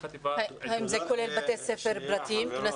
האם זה כולל בתי ספר פרטיים?